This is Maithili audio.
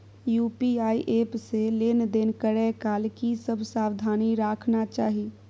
यु.पी.आई एप से लेन देन करै काल की सब सावधानी राखना चाही?